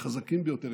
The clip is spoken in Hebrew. החזקים ביותר,